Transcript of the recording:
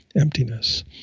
emptiness